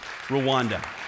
Rwanda